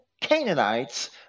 Canaanites